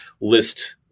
list –